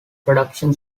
production